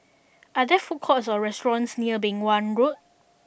are there food courts or restaurants near Beng Wan Road